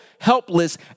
helpless